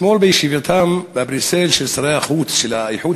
אתמול בישיבתם בבריסל שרי החוץ של האיחוד